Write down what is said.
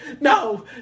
no